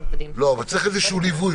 לא, אבל צריך איזשהו ליווי.